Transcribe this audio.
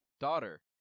daughter